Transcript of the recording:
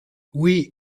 oui